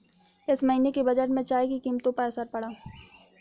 इस महीने के बजट में चाय की कीमतों पर असर पड़ा है